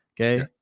Okay